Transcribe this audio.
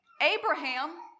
Abraham